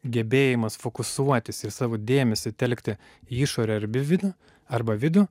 gebėjimas fokusuotis ir savo dėmesį telkti į išorę arbe vidų arba vidų